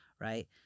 right